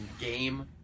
game